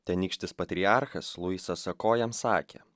tenykštis patriarchas luisas sakojem sakė